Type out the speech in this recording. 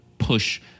push